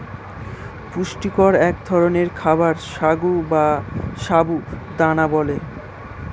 পুষ্টিকর এক ধরনের খাবার সাগু বা সাবু দানা বলে